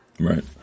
Right